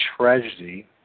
tragedy